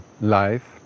life